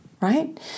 right